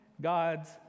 God's